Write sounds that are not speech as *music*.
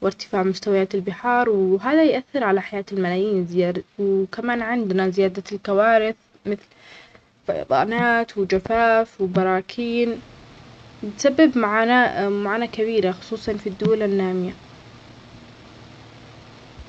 وإرتفاع مستويات البحار، هذا يؤثر على حياة الملايين زيادة، وكمان عندنا زيادة الكوارث مثل فيضانات وجفاف وبراكين بتسبب معنا *hesitation* معاناه كبيرة خصوصا في الدول النامية.